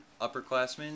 upperclassmen